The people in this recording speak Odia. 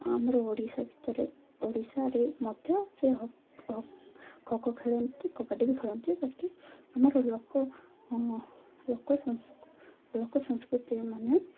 ଆମର ଓଡ଼ିଶା ଭିତରେ ଓଡ଼ିଶାରେ ମଧ୍ୟ ସେ ଖୋଖୋ ଖେଳନ୍ତି କବାଡ଼ି ବି ଖେଳନ୍ତି ବାକି ଆମର ଲୋକ ଲୋକ ଲୋକ ସଂସ୍କୃତି ମାନ